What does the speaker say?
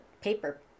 paper